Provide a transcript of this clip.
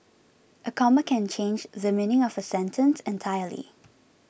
a comma can change the meaning of a sentence entirely